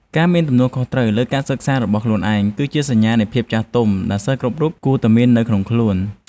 ការមានទំនួលខុសត្រូវលើការសិក្សារបស់ខ្លួនឯង គឺជាសញ្ញានៃភាពចាស់ទុំដែលសិស្សគ្រប់រូបគួរតែមាននៅក្នុងខ្លួន។